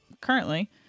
currently